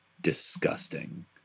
disgusting